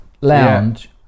lounge